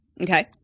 Okay